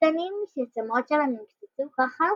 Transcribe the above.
הקטנים שהצמרות שלהן נקצצו ככה